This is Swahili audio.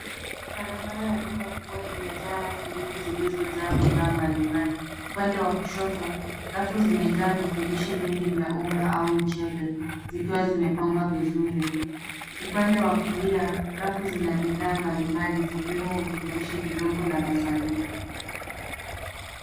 Barabara za duka kubwa imejaa rafu kubwa zilizojaa bidhaa mbalimbali, upande wa kushoto, rafu zimejaa vifurushi vingi vya unga, au mchele, zikiwa zimepangwa vizuri, upande wa kulia, rafu zina bidhaa mbalimbali, zikiwemo vifurushi vidogo, na masanduku.